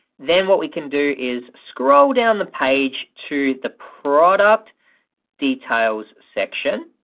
then what we can do is scroll down the page to the product details section,